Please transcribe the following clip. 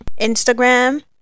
Instagram